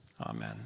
Amen